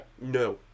No